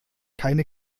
keine